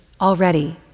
already